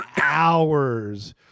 hours